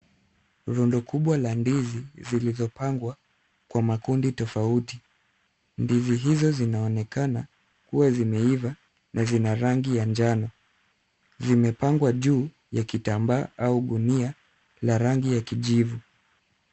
Rundo kubwa la ndizi zilizopangwa kwa makundi tofauti. Ndizi hizo zinaonekana kuwa zimeiva na zina rangi ya njano. Zimepangwa juu ya kitambaa au gunia la rangi ya kijivu.